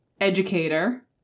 educator